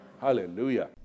Hallelujah